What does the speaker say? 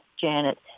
Janet